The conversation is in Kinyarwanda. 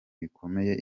bikomeye